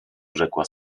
rzekła